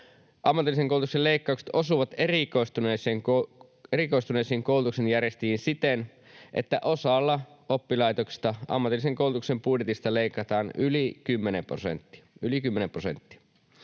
Ammatillisen koulutuksen leikkaukset osuvat erikoistuneisiin koulutuksen järjestäjiin siten, että osalla oppilaitoksista ammatillisen koulutuksen budjetista leikataan yli kymmenen prosenttia